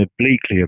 obliquely